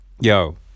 Yo